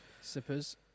Sippers